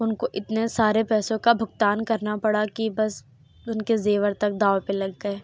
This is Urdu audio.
ان کو اتنے سارے پیسوں کا بھگتان کرنا پڑا کہ بس ان کے زیور تک داؤ پہ لگ گئے